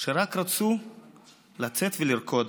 שרק רצו לצאת ולרקוד.